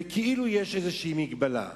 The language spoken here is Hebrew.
וכאילו יש איזו מגבלה.